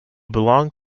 belonged